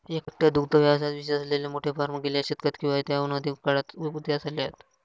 एकट्या दुग्ध व्यवसायात विशेष असलेले मोठे फार्म गेल्या शतकात किंवा त्याहून अधिक काळात उदयास आले आहेत